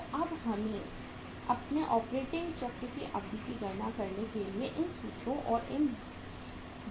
तो अब हम अपने ऑपरेटिंग चक्र की अवधि की गणना करने के लिए इन सूत्रों और इन विधियों का उपयोग करें